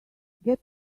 get